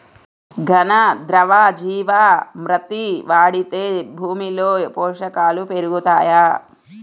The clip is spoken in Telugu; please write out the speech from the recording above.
ఘన, ద్రవ జీవా మృతి వాడితే భూమిలో పోషకాలు పెరుగుతాయా?